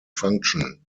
function